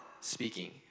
speaking